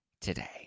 today